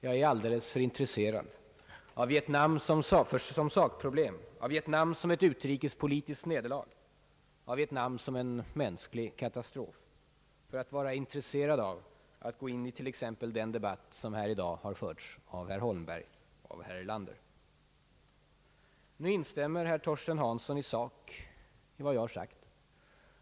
Jag är alldeles för intresserad av Vietnam som sakproblem, av Vietnam som ett utrikespolitiskt nederlag, av Vietnam som en mänsklig katastrof för att vilja gå in i den debatt som här i dag har förts av herr Holmberg och herr Erlander. Herr Torsten Hansson instämmer nu i sak med vad jag har sagt.